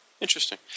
Interesting